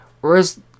Whereas